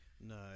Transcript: No